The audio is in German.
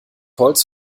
holz